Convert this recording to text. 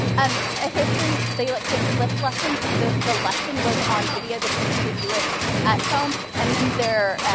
um ah history, they like to flip lessons. so the the lesson was on video. the kids had to do it at home, and then their